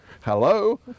hello